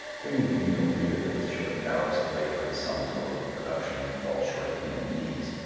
there need be no fear that with shortened hours of labor the sum total of production would fall short of human needs.